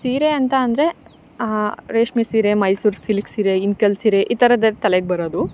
ಸೀರೆ ಅಂತ ಅಂದರೆ ರೇಷ್ಮೆ ಸೀರೆ ಮೈಸೂರು ಸಿಲ್ಕ್ ಸೀರೆ ಇಳ್ಕಲ್ ಸೀರೆ ಈ ಥರದ್ದೆ ತಲೆಗೆ ಬರೋದು